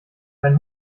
dein